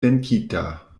venkita